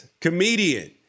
comedian